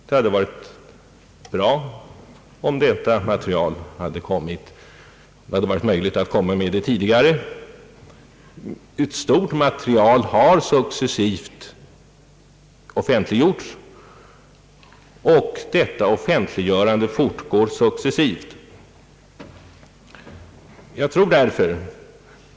Det hade varit bra om det hade varit möjligt att komma med detta material tidigare. Ett stort material har dock successivt offentliggjorts, och detta offentliggörande fortgår undan för undan, Vi har därför möjligheter att föra en inträngande EEC-debatt i detta land, om vi vill.